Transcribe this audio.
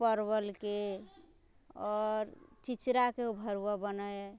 परबलके आओर चिचड़ाके भरुआ बनैत अइ